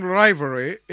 rivalry